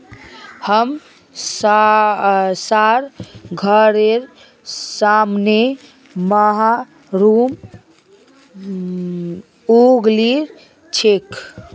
हमसार घरेर सामने मशरूम उगील छेक